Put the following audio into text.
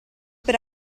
per